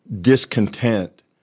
discontent